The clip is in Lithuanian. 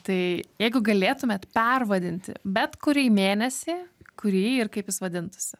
tai jeigu galėtumėt pervadinti bet kurį mėnesį kurį ir kaip jis vadintųsi